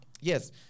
Yes